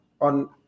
on